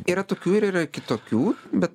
yra tokių ir yra kitokių bet